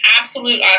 absolute